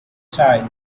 child